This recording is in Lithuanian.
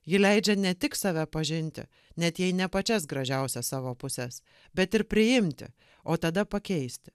ji leidžia ne tik save pažinti net jei ne pačias gražiausias savo puses bet ir priimti o tada pakeisti